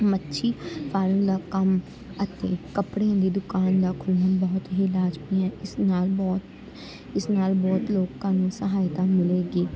ਮੱਛੀ ਫਾਰਮ ਦਾ ਕੰਮ ਅਤੇ ਕੱਪੜਿਆਂ ਦੀ ਦੁਕਾਨ ਦਾ ਖੁੱਲ੍ਹਣਾ ਬਹੁਤ ਹੀ ਲਾਜ਼ਮੀ ਹੈ ਇਸ ਨਾਲ ਬਹੁਤ ਇਸ ਨਾਲ ਬਹੁਤ ਲੋਕਾਂ ਨੂੰ ਸਹਾਇਤਾ ਮਿਲੇਗੀ